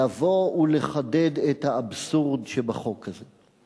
לחדד את האבסורד שבחוק הזה.